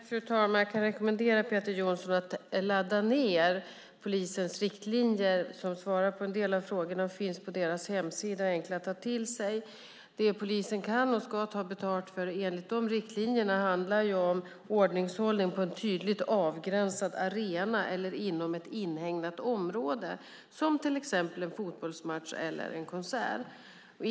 Fru talman! Jag kan rekommendera Peter Johnsson att ladda ned polisens riktlinjer, som svarar på en del av hans frågor. De finns på polisens hemsida och är enkla att ta till sig. Det polisen kan och ska ta betalt för enligt de riktlinjerna är "ordningshållning på en tydligt avgränsad arena eller inom ett inhägnat område, som till exempel en fotbollsmatch eller en konsert.